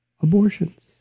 abortions